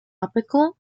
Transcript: topical